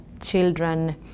children